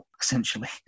essentially